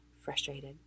frustrated